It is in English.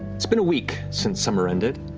it's been a week since summer ended,